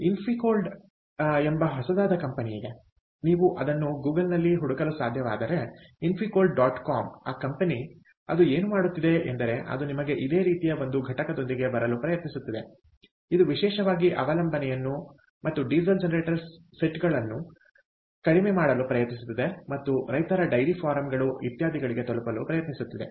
ಆದ್ದರಿಂದ ಇನ್ಫಿಕೋಲ್ಡ್ ಎಂಬ ಹೊಸದಾದ ಕಂಪನಿ ಇದೆ ನೀವು ಅದನ್ನು ಗೂಗಲ್ನಲ್ಲಿ ಹುಡುಕಲು ಸಾಧ್ಯವಾದರೆ ಇನ್ಫಿಕೋಲ್ಡ್ ಡಾಟ್ ಕಾಮ್ ಆ ಕಂಪನಿ ಅದು ಏನು ಮಾಡುತ್ತಿದೆ ಎಂದರೆ ಅದು ನಿಮಗೆ ಇದೇ ರೀತಿಯ ಒಂದು ಘಟಕದೊಂದಿಗೆ ಬರಲು ಪ್ರಯತ್ನಿಸುತ್ತಿದೆ ಇದು ವಿಶೇಷವಾಗಿ ಅವಲಂಬನೆಯನ್ನು ಮತ್ತು ಡೀಸೆಲ್ ಜನರೇಟರ್ ಸೆಟ್ಗಳನ್ನು ಕಡಿಮೆ ಮಾಡಲು ಪ್ರಯತ್ನಿಸುತ್ತಿದೆ ಮತ್ತು ರೈತರ ಡೈರಿ ಫಾರಂಗಳು ಇತ್ಯಾದಿಗಳಿಗೆ ತಲುಪಲು ಪ್ರಯತ್ನಿಸುತ್ತಿದೆ